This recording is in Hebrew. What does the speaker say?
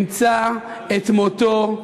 ימצא את מותו.